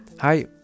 Hi